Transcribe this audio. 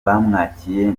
bamwakiriye